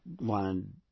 wanted